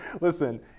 listen